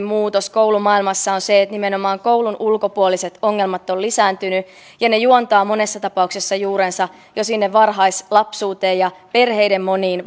muutos koulumaailmassa on ollut se että nimenomaan koulun ulkopuoliset ongelmat ovat lisääntyneet ja ne juontavat monessa tapauksessa juurensa jo sinne varhaislapsuuteen ja perheiden moniin